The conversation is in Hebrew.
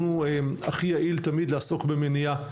שהכי יעיל תמיד לעסוק במניעה.